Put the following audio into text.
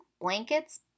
blankets